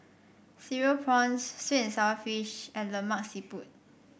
Cereal Prawns sweet and sour fish and Lemak Siput